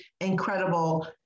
incredible